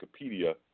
Wikipedia